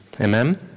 Amen